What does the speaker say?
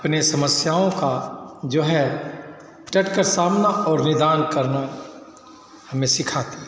अपने समस्याओं का जो है डटकर सामना और वेदान करना हमें सिखाती है